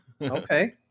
Okay